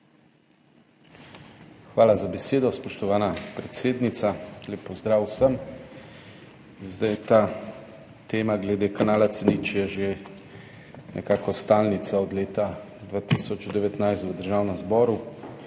Hvala za besedo, spoštovana predsednica. Lep pozdrav vsem! Ta tema glede kanala C0 je že nekako stalnica od leta 2019 v Državnem zboru.